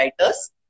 writers